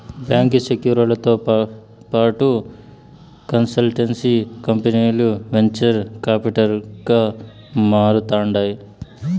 బాంకీ సెక్యూరీలతో పాటు కన్సల్టెన్సీ కంపనీలు వెంచర్ కాపిటల్ గా మారతాండాయి